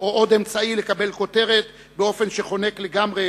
או עוד אמצעי לקבל כותרת באופן שחונק לגמרי